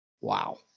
Wow